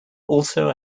also